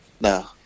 No